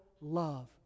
love